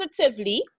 positively